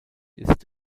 ist